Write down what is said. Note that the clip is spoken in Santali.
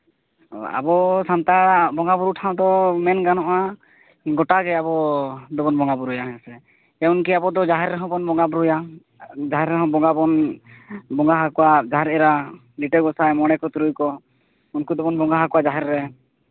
ᱟᱵᱚ ᱥᱟᱱᱛᱟᱲᱟᱜ ᱵᱚᱸᱜᱟᱼᱵᱩᱨᱩ ᱴᱷᱟᱶ ᱫᱚ ᱢᱮᱱ ᱜᱟᱱᱚᱜᱼᱟ ᱜᱳᱴᱟ ᱜᱮ ᱟᱵᱚ ᱫᱚᱵᱚᱱ ᱵᱚᱸᱜᱟᱼᱵᱩᱨᱩᱭᱟ ᱦᱮᱸ ᱥᱮ ᱮᱢᱚᱱᱠᱤ ᱟᱵᱚᱫᱚ ᱡᱟᱦᱮᱨ ᱨᱮᱦᱚᱸ ᱵᱚᱱ ᱵᱚᱸᱜᱟᱼᱵᱩᱨᱩᱭᱟ ᱡᱟᱦᱮᱨ ᱨᱮᱦᱚᱸ ᱵᱚᱸᱜᱟ ᱵᱚᱱ ᱵᱚᱸᱜᱟ ᱟᱠᱚᱣᱟ ᱡᱟᱦᱮᱨ ᱮᱨᱟ ᱞᱤᱴᱟᱹ ᱜᱚᱸᱥᱟᱭ ᱢᱚᱬᱮ ᱠᱚ ᱛᱩᱨᱩᱭ ᱠᱚ ᱩᱱᱠᱩ ᱫᱚᱵᱚᱱ ᱵᱚᱸᱜᱟ ᱟᱠᱚᱣᱟ ᱡᱟᱦᱮᱨ ᱨᱮ